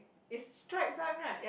it's striped one right